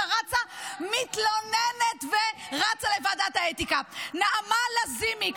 נעמה לזימי,